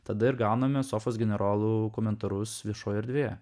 tada ir gauname sofos generolų komentarus viešoje erdvėje